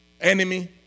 enemy